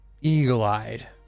eagle-eyed